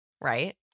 Right